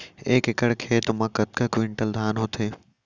एक एकड़ खेत मा कतका क्विंटल धान होथे?